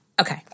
Okay